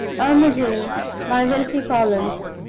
armadale by wilkie collins